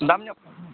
ᱫᱟᱢ ᱧᱚᱜ ᱜᱮᱭᱟ